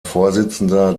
vorsitzender